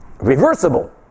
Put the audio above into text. Reversible